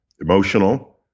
emotional